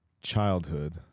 childhood